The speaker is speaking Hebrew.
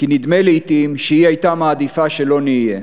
כי נדמה לעתים שהיא הייתה מעדיפה שלא נהיה.